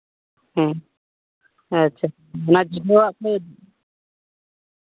ᱦᱮᱸ ᱟᱪᱪᱷᱟ